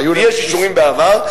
ויש אישורים בעבר,